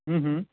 हूँ हूँ